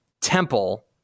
Temple